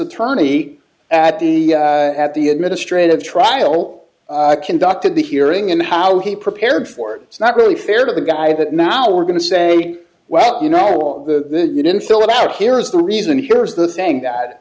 attorney at the at the administrative trial conducted the hearing and how he prepared for it it's not really fair to the guy that now we're going to say well you know all of the you didn't fill it out here's the reason here's the thing that